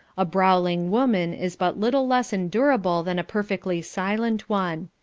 a brawling woman is but little less endurable than a perfectly silent one.